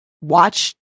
Watch